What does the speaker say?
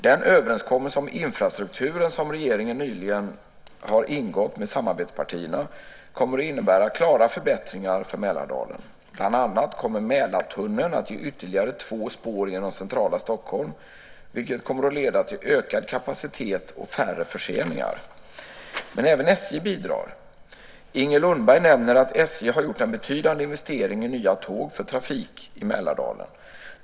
Den överenskommelse om infrastrukturen som regeringen nyligen har ingått med samarbetspartierna kommer att innebära klara förbättringar för Mälardalen. Bland annat kommer Mälartunneln att ge ytterligare två spår genom centrala Stockholm, vilket kommer att leda till ökad kapacitet och färre förseningar. Men även SJ bidrar. Inger Lundberg nämner att SJ har gjort en betydande investering i nya tåg för trafik i Mälardalen.